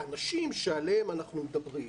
האנשים שעליהם אנחנו מדברים,